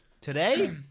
Today